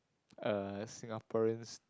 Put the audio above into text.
uh Singaporeans